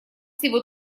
всего